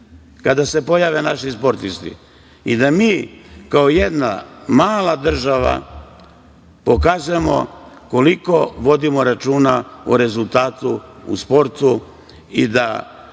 kada se pojave naši sportisti i mi kao jedna mala država pokazujemo koliko vodimo računa o rezultatu u sportu i da